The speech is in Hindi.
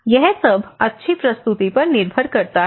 यह सब अच्छी प्रस्तुति पर निर्भर करता है